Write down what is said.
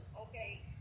okay